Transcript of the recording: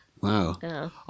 Wow